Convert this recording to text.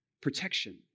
Protection